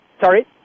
Sorry